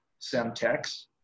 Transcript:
Semtex